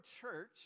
church